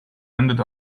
ended